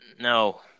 No